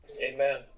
Amen